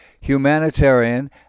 humanitarian